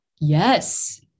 Yes